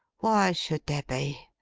why should there be?